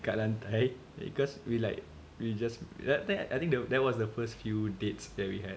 dekat lantai because we like we just that time I think that was the first few dates that we had kan